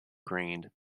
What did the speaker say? grained